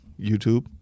YouTube